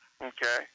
Okay